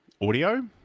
audio